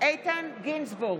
איתן גינזבורג,